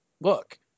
look